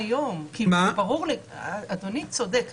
אדוני צודק.